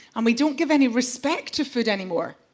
and we don't give any respect to food anymore.